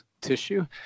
tissue